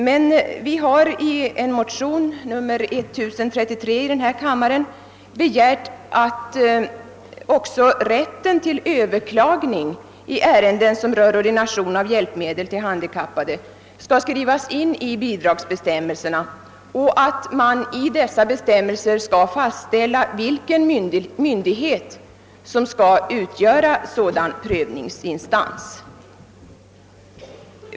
Men vi har i motion II: 1033 begärt att också rätten till överklagning i ärenden som rör ordination av hjälpmedel till handikappade skall skrivas in i bidragsbestämmelserna och att man i dessa bestämmelser skall fastställa vilken myndighet som skall utgöra sådan prövningsinstans.